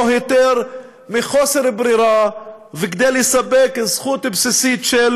היתר מחוסר ברירה וכדי לספק זכות בסיסית של